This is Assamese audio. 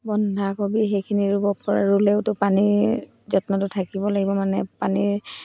বন্ধাকবি সেইখিনি ৰুব পাৰে ৰুলেওতো পানীৰ যত্নটো থাকিব লাগিব মানে পানীৰ